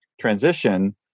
transition